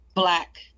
Black